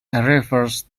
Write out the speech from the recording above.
refers